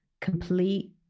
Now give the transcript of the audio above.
complete